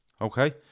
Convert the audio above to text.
okay